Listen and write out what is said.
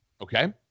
Okay